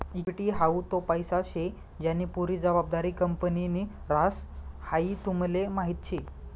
equity हाऊ तो पैसा शे ज्यानी पुरी जबाबदारी कंपनीनि ह्रास, हाई तुमले माहीत शे